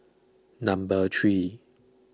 number three